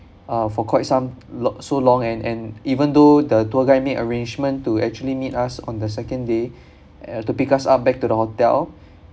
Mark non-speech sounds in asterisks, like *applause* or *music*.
uh for quite some lo~ so long and and even though the tour guide make arrangement to actually meet us on the second day *breath* to pick up us back to the hotel